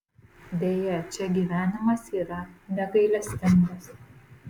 deja čia gyvenimas yra negailestingas